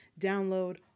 download